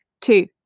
two